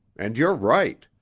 and you're right.